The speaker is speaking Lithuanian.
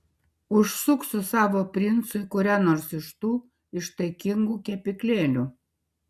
užsuk su savo princu į kurią nors iš tų ištaigingų kepyklėlių